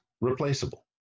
replaceable